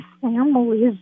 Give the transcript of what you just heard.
families